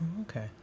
Okay